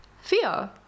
Fear